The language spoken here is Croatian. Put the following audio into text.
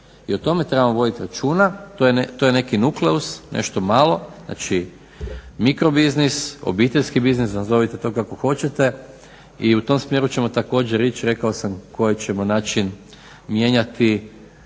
i o tome trebamo voditi računa, to je neki nukleus, nešto malo, mikrobiznis, obiteljski biznis nazovite to kako hoćete i u tom smjeru ćemo također ići. Rekao sam koji ćemo način mijenjati